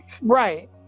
Right